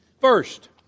first